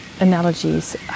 analogies